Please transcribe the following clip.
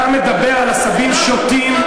אתה מדבר על עשבים שוטים,